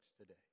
today